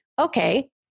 Okay